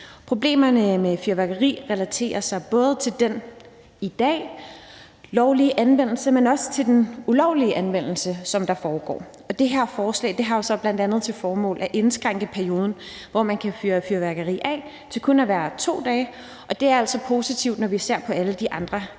Problemerne med fyrværkeri relaterer sig både til den i dag lovlige anvendelse, men også til den ulovlige anvendelse, som foregår. Det her forslag har jo så bl.a. til formål at indskrænke perioden, hvor man kan fyre fyrværkeri af, til kun at være 2 dage, og det er altså positivt, når vi ser på alle de andre